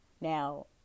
Now